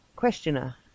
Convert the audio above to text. Questioner